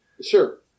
Sure